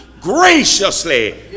graciously